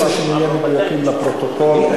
אני רוצה שנהיה מדויקים לפרוטוקול.